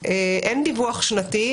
תהליכי הגבייה?